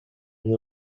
you